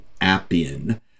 Appian